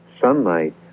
sunlight